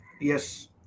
Yes